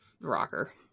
rocker